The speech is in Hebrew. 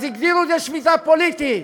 הגדירו את זה שביתה פוליטית.